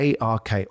ARK